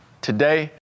Today